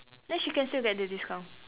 then she can still get the discount